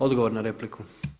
Odgovor na repliku.